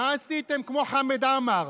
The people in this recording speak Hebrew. כמו חמד עמאר: